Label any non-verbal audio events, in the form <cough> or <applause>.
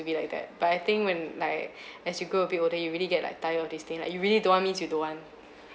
to be like that but I think when like <breath> as you grow a bit older you really get like tired of this thing like you really don't want means you don't want